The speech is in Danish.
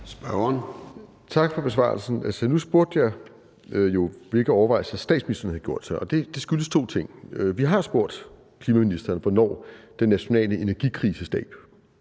(RV): Tak for besvarelsen. Nu spurgte jeg jo, hvilke overvejelser statsministeren havde gjort sig, og det skyldes to ting. Vi har spurgt klimaministeren, hvornår den nationale energikrisestab